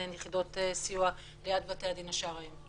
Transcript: אין יחידות סיוע ליד בתי הדין השרעיים.